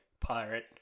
pirate